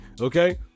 okay